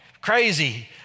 crazy